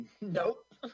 Nope